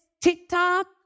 TikTok